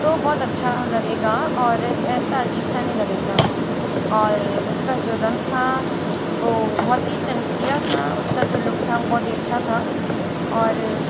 तो बहुत अच्छा लगेगा और ऐसा अजीब सा नहीं लगेगा और उसका जो रंग था वो बहुत ही चमकीला था उसका जो लुक था बहुत ही अच्छा था और